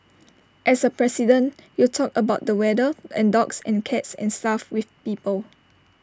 as A president you talk about the weather and dogs and cats and stuff with people